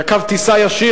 היה קו טיסה ישיר,